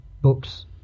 books